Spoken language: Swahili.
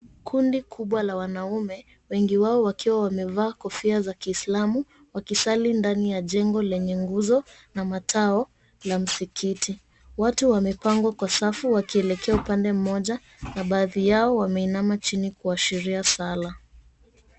Kundi kubwa la wanaume, wengi wao wakiwa wamevaa kofia za kiislamu, wakisali ndani ya jengo lenye nguzo na matao la msikiti. Watu wamepangwa kwa safu, wakielekea upande mmoja, na baadhi yao wameinama chini kuashiria sala.